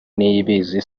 niyibizi